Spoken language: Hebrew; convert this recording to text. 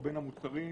את הגמילה.